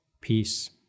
peace